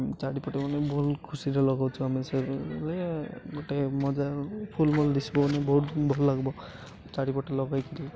ଚାରିପଟେ ମାନେ ବହୁତ ଖୁସିରେ ଲଗଉଛୁ ଆମେ ସେ ଗୋଟେ ମଜା ଫୁଲ ଭୁଲ ଦିସିବ ମାନେ ବହୁତ ଭଲ ଲାଗିବ ଚାରିପଟେ ଲଗେଇକିରି